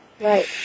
Right